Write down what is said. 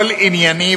כל ענייני,